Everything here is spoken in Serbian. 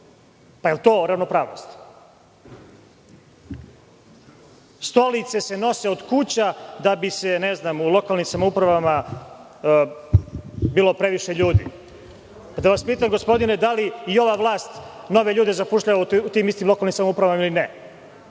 Je li to ravnopravnost? Stolice se nose od kuća da bi u lokalnim samoupravama bilo previše ljudi. Da vas pitam, gospodine, da li i ova vlast nove ljude zapošljava u tim istim lokalnim samoupravama ili ne?